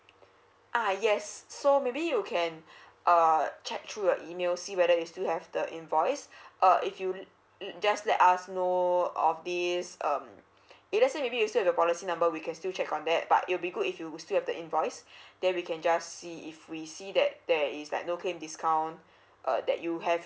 ah yes so maybe you can uh check through your email see whether it still have the invoice uh if you uh just let us know of this um if let say maybe you say the policy number we can still check on that but it'll be good if you would still have the invoice then we can just see if we see that there is like no claim discount uh that you have